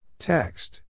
Text